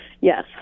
yes